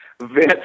Vince